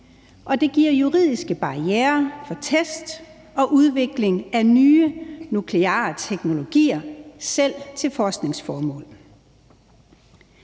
det giver juridiske barrierer for test og udvikling af nye nukleare teknologier selv til forskningsformål.